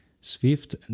Swift